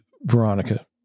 Veronica